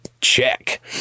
check